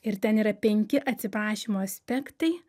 ir ten yra penki atsiprašymo aspektai